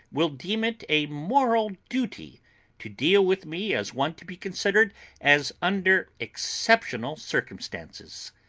will deem it a moral duty to deal with me as one to be considered as under exceptional circumstances.